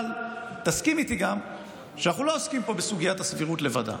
אבל תסכים איתי גם שאנחנו לא עוסקים פה בסוגיית הסבירות לבדה.